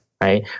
right